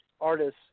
artists